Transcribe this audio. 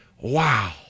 Wow